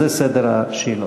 זה סדר השאלות.